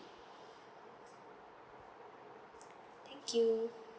thank you